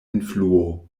influo